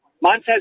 Montez